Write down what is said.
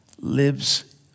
lives